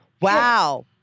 Wow